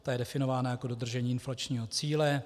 Ta je definována jako dodržení inflačního cíle.